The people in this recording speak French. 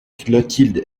clotilde